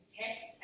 text